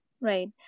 right